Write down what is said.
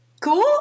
cool